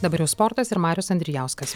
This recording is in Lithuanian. dabar jau sportas ir marius andrijauskas